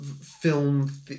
film